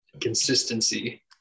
consistency